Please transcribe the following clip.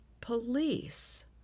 police